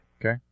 Okay